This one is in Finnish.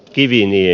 kotiviini ei